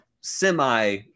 semi